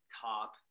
top